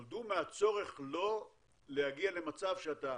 הן נולדו מהצורך לא להגיע למצב שאתה